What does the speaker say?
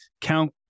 count